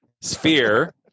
Sphere